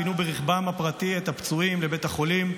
פינו ברכבם הפרטי את הפצועים לבית החולים,